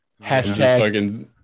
Hashtag